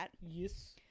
Yes